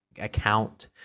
account